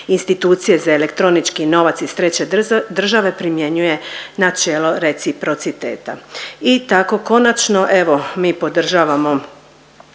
institucije za elektronički novac iz treće države primjenjuje načelo reciprociteta. I tako konačno evo mi podržavamo